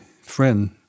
friend